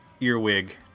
earwig